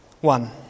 One